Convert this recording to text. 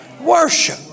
worship